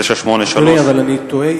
אדוני, אבל אני תוהה.